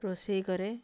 ରୋଷେଇ କରେ